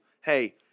hey